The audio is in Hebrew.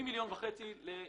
ה-2.7 לא בטוח.